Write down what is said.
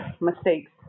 mistakes